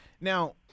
Now